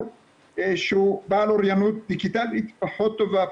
שהוא בעל אוריינות דיגיטלית פחות טובה,